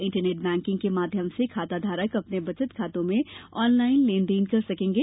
internet banking के माध्यम से खाताधारक अपने बचत खातों में ऑन लाइन लेनदेन कर सकेंगे